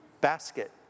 basket